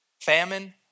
famine